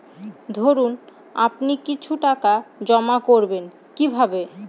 ধরুন আপনি কিছু টাকা জমা করবেন কিভাবে?